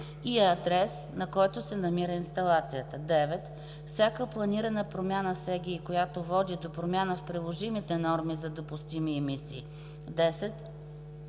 – и адрес, на който се намира инсталацията; 9. всяка планирана промяна в СГИ, която води до промяна в приложимите норми за допустими емисии; 10.